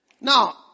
Now